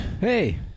Hey